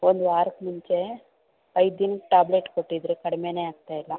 ಒಂದು ವಾರಕ್ಕೆ ಮುಂಚೆ ಐದು ದಿನದ ಟ್ಯಾಬ್ಲೆಟ್ ಕೊಟ್ಟಿದ್ರೀ ಕಡಿಮೆನೇ ಆಗ್ತಾಯಿಲ್ಲ